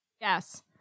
Yes